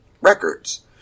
Records